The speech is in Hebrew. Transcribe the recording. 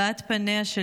הבעת פניה של